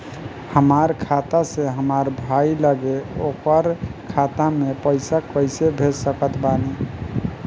हमार खाता से हमार भाई लगे ओकर खाता मे पईसा कईसे भेज सकत बानी?